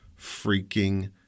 freaking